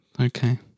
okay